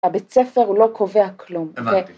‫הבית ספר הוא לא קובע כלום. הבנתי.